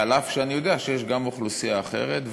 אף שאני יודע שיש גם אוכלוסייה אחרת.